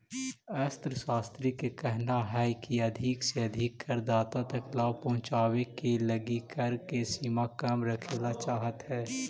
अर्थशास्त्रि के कहना हई की अधिक से अधिक करदाता तक लाभ पहुंचावे के लगी कर के सीमा कम रखेला चाहत हई